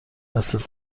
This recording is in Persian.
دستت